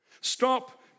Stop